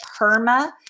PERMA